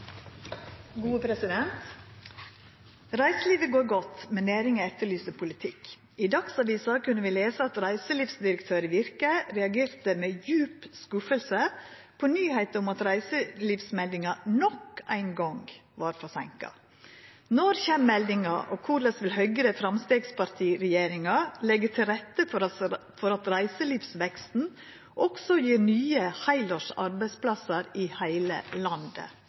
går godt, men næringa etterlyser politikk. I Dagsavisen kunne vi lese at reiselivsdirektøren i Virke reagerte med «djup skuffelse» på nyheita om at reiselivsmeldinga nok ein gong var forseinka. Når kjem meldinga, og korleis vil Høgre-Framstegsparti-regjeringa leggje til rette for at reiselivsveksten også gir nye heilårs arbeidsplassar i heile landet?»